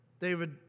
David